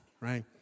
right